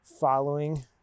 following